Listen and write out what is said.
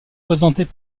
présentées